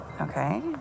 Okay